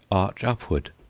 arch upward.